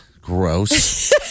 Gross